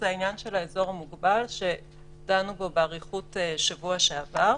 הוא העניין של האזור המוגבל שדנו בו באריכות בשבוע שעבר.